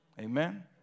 Amen